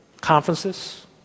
conferences